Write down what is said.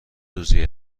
روزی